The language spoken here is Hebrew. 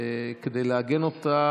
כדי לעגן אותה,